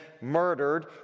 murdered